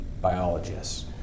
biologists